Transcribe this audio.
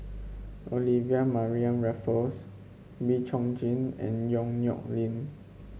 Olivia Mariamne Raffles Wee Chong Jin and Yong Nyuk Lin